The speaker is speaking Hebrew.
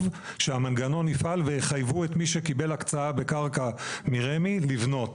שהמנגנון יפעל ויחייבו את מי שקיבל הקצאה בקרקע מרמ"י לבנות.